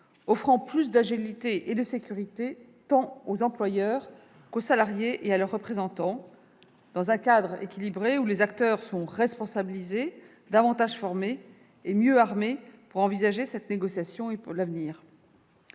offrant plus d'agilité et de sécurité tant aux employeurs qu'aux salariés et à leurs représentants, qui seront, dans ce cadre équilibré, des acteurs responsabilisés, plus formés et mieux armés pour envisager cette négociation, et l'avenir